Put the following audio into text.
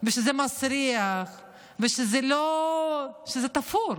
ושזה מסריח ושזה לא, שזה תפור.